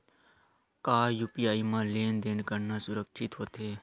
का यू.पी.आई म लेन देन करना सुरक्षित होथे?